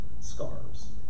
scarves